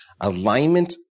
Alignment